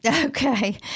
Okay